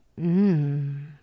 Mmm